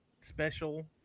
special